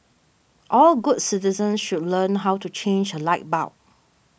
all good citizens should learn how to change a light bulb